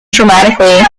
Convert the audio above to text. dramatically